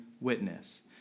witness